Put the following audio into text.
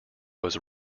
was